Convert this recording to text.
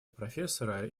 профессора